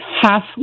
half